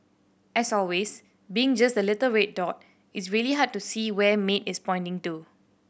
as always being just the little red dot it's really hard to see where Maid is pointing to